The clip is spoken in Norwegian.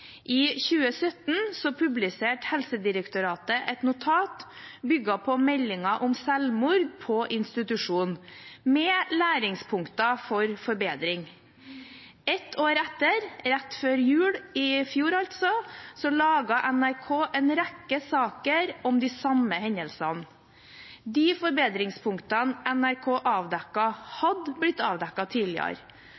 I 2017 publiserte Helsedirektoratet et notat bygget på meldingen om selvmord på institusjon, med læringspunkter for forbedring. Et år etter, rett før jul i fjor, laget NRK en rekke saker om de samme hendelsene. De forbedringspunktene NRK